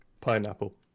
pineapple